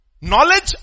knowledge